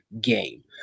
game